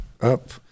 up